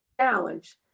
challenge